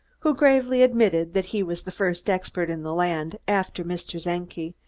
who gravely admitted that he was the first expert in the land, after mr. czenki,